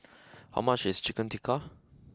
how much is Chicken Tikka